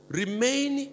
remain